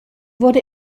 wurde